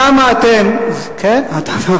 למה אתם, הם לא אומרים את זה.